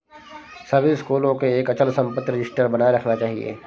सभी स्कूलों को एक अचल संपत्ति रजिस्टर बनाए रखना चाहिए